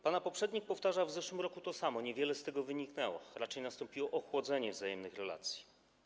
Pana poprzednik powtarzał w zeszłym roku to samo, niewiele z tego wyniknęło, raczej nastąpiło ochłodzenie wzajemnych relacji.